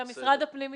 גם משרד הפנים מתנגד.